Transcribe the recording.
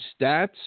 stats